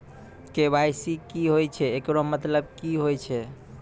KYC की होय छै, एकरो मतलब की होय छै?